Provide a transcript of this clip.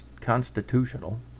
constitutional